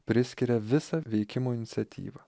priskiria visą veikimo iniciatyvą